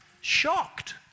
shocked